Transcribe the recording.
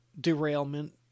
derailment